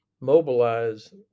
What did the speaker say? mobilize